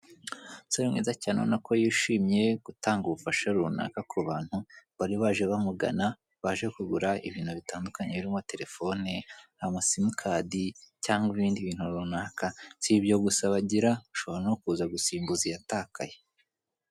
Umusore mwiza cyane ubonako yishimye gutanga ubufasha runaka ku bantu bari baje bamugana, baje kugura ibintu bitandukanye birimo, terefone, ama simukadi, cyangwa ibindi bintu runaka, si ibyo gusa bagira, ushobora no kuza gusimbuza iyatakaye.